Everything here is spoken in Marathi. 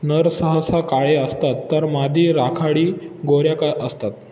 नर सहसा काळे असतात तर मादी राखाडी गोऱ्या का असतात